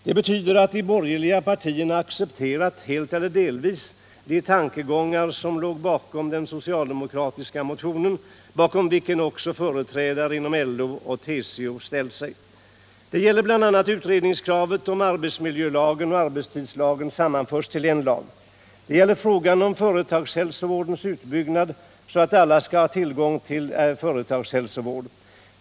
Det betyder att de borgerliga partierna accepterat helt eller delvis de tankegångar som låg bakom den socialdemokratiska motionen, bakom vilken också fackliga företrädare inom LO och TCO ställt sig. Det gäller bl.a. utredningskravet om att arbetsmiljölagen och arbetstidslagen sammanförs till en lag. Det gäller frågan om företagshälsovårdens utbyggnad, så att alla skall få tillgång till företagshälsovård.